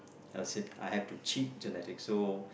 I said I have to cheat genetics so